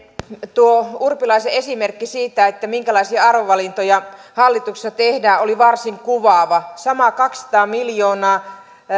tuo urpilaisen esimerkki siitä minkälaisia arvovalintoja hallituksessa tehdään oli varsin kuvaava sama kaksisataa miljoonaa